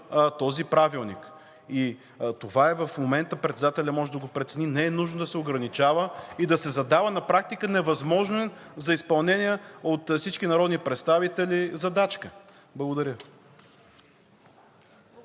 този правилник. И това в момента председателят може да го прецени. Не е нужно да се ограничава и да се задава на практика невъзможна за изпълнение от всички народни представители задачка. Благодаря.